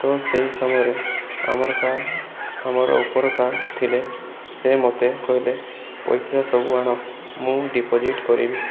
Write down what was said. ତ ସେହି ସମୟରେ ଆମର ସାର୍ ଆମର ଉପର ସାର୍ ଥିଲେ ସେ ମୋତେ କହିଲେ ପଇସା ସବୁ ଆଣ ମୁଁ ଡିପୋଜିଟ୍ କରିବି